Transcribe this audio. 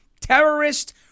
terrorist